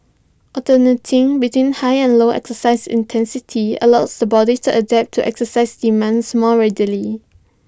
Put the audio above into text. alternating between high and low exercise intensity allows the body to adapt to exercise demands more readily